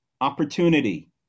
opportunity